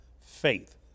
Faith